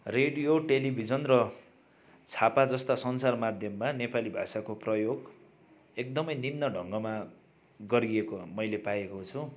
radio television र छापाजस्ता सञ्चार माध्यममा नेपाली भाषाको प्रयोग एकदमै निम्न ढङ्गमा गरिएको मैले पाएको छु